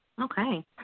Okay